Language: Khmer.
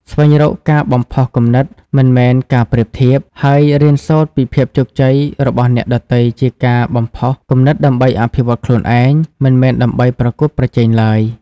ស្វែងរកការបំផុសគំនិត មិនមែនការប្រៀបធៀប ហើយរៀនសូត្រពីភាពជោគជ័យរបស់អ្នកដទៃជាការបំផុសគំនិតដើម្បីអភិវឌ្ឍខ្លួនឯង មិនមែនដើម្បីប្រកួតប្រជែងឡើយ។